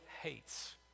hates